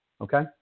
okay